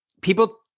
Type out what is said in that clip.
people